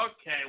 Okay